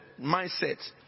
Mindset